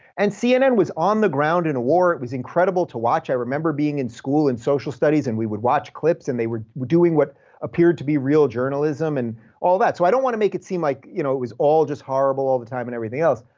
and cnn was on the ground in a war. it was incredible to watch. i remember being in school in social studies and we would watch clips and they were doing what appeared to be real journalism and all that, so i don't want to make it seem like you know it was all just horrible all the time and everything else.